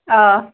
آ